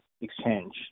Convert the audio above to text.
exchange